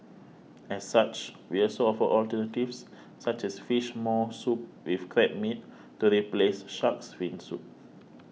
as such we also offer alternatives such as Fish Maw Soup with Crab Meat to replace Shark's Fin Soup